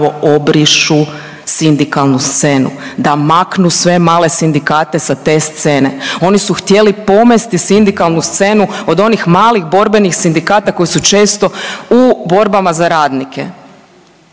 obrišu sindikalnu scenu, da maknu sve male sindikate sa te scene. Oni su htjeli pomesti sindikalnu scenu od malih borbenih sindikata koji su često u borbama za radnike.